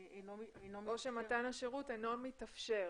"או שמתן השירות אינו מתאפשר".